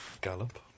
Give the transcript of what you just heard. Gallop